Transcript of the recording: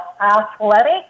athletic